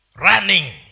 Running